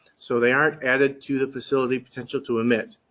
so they aren't added to the facility potential to emit.